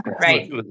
right